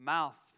Mouth